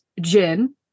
gin